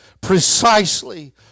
precisely